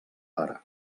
pare